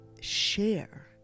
share